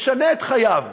משנה את חייו,